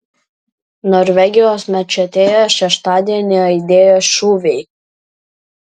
norvegijos mečetėje šeštadienį aidėjo šūviai